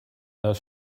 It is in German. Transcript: das